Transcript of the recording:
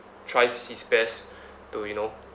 tries his best to you know